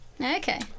Okay